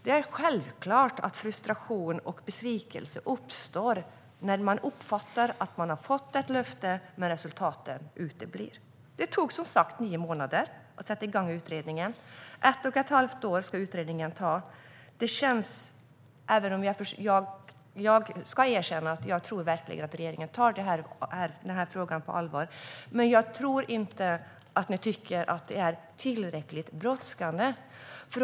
Det är självklart att frustration och besvikelse uppstår när man uppfattar att man har fått ett löfte men när resultaten uteblir. Det tog, som sagt, nio månader att sätta igång utredningen. Utredningen ska arbeta i ett och ett halvt år. Jag ska erkänna att jag verkligen tror att regeringen tar denna fråga på allvar. Men jag tror inte att ni tycker att det är tillräckligt brådskande.